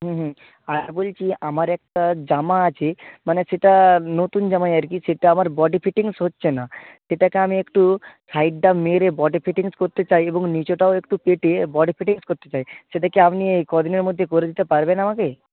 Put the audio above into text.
হুম হুম আর বলছি আমার একটা জামা আছে মানে সেটা নতুন জামাই আর কি সেটা আমার বডি ফিটিংস হচ্ছে না সেটাকে আমি একটু সাইডটা মেরে বডি ফিটিংস করতে চাই এবং নীচেটাও একটু কেটে বডি ফিটিংস করতে চাই সেটা কি আপনি এই ক দিনের মধ্যে করে দিতে পারবেন আমাকে